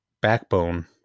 Backbone